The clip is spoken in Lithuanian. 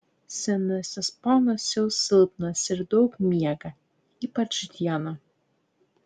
senasis ponas jau silpnas ir daug miega ypač dieną